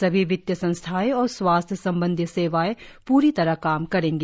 सभी वित्तीय संस्थाएं और स्वास्थ संबंधी सेवाएं पूरी तरह काम करेंगी